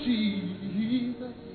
Jesus